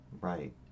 Right